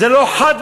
זה לא חד-מיני.